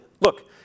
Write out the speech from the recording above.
Look